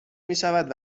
میشود